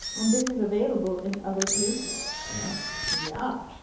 and this is available in other places. yeah. yeah.